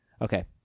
Okay